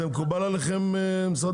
משרד המשפטים, זה מקובל עליכם?